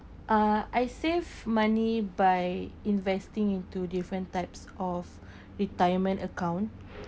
uh I save money by investing into different types of retirement account